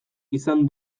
izan